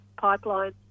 pipeline